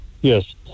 Yes